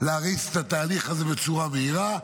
להריץ את התהליך הזה בצורה מהירה,